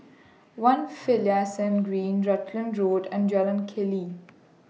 one Finlayson Green Rutland Road and Jalan Keli